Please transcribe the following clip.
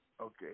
Okay